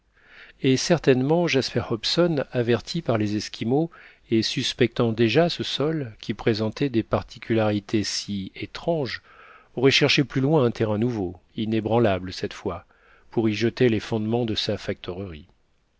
et certainement jasper hobson averti par les esquimaux et suspectant déjà ce sol qui présentait des particularités si étranges aurait cherché plus loin un terrain nouveau inébranlable cette fois pour y jeter les fondements de sa